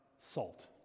salt